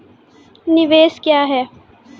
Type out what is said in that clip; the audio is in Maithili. निवेश क्या है?